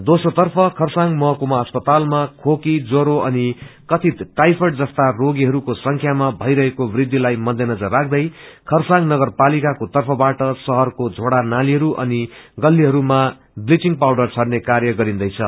दोम्रो तर्फ खरसाङ महकुमा अस्पतालमा खेकी ज्वरो अनि कथित टाईफयड जस्ता रोगीहरूको संख्यामा भईरहेको वृद्धिलाई मध्य नजर राख्दै खरसाङ नगर पालिकाको तफ़बाट शहरको झोड़ा नालीहरू अनि गलीहरूमा ब्लिचिङ पाउडर छर्ने कार्य गरिन्दैछ